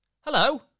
Hello